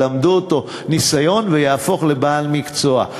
וילמדו אותו והוא יהפוך לבעל מקצוע.